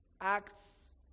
Acts